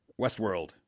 Westworld